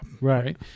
Right